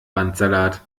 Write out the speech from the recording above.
bandsalat